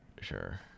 sure